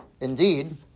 Indeed